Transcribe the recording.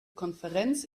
konferenz